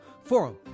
forum